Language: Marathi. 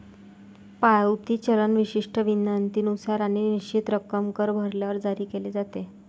पावती चलन विशिष्ट विनंतीनुसार आणि निश्चित रक्कम कर भरल्यावर जारी केले जाते